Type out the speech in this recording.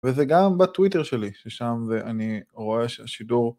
וזה גם בטוויטר שלי ששם ואני רואה שהשידור...